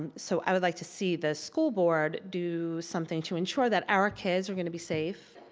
and so, i would like to see the school board do something to ensure that our kids are gonna be safe